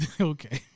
Okay